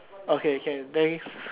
okay can thanks